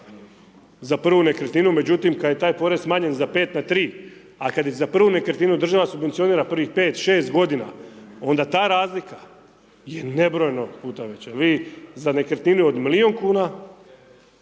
za prvu nekretninu međutim, kad je taj porez smanjen za 5 na 3 a kad je prvu nekretninu država subvencionira prvih 5-6 godina onda ta razlika je nebrojeno puta veća. Vi za nekretninu od milijun kuna